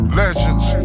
legends